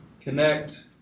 connect